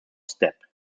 steppe